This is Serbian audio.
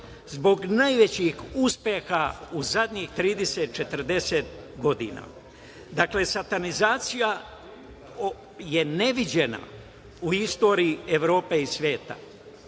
Zbog najvećih uspeha u zadnjih 30, 40 godina. Dakle, satanizacija je neviđena u istoriji Evrope i sveta.